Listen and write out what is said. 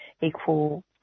equal